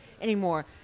anymore